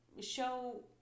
show